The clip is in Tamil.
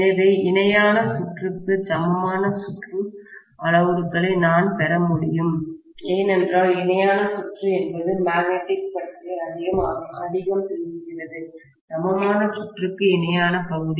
எனவே இணையான சுற்றுக்கு சமமான சுற்று அளவுருக்களை நான் பெற முடியும் ஏனென்றால் இணையான சுற்று என்பது மேக்னெட்டிசம் பற்றி அதிகம் பேசுகிறது சமமான சுற்றுக்கு இணையான பகுதி